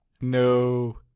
No